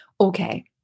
okay